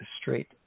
straight